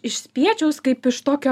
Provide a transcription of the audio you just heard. iš spiečiaus kaip iš tokio